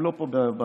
הן לא פה במסדרונות.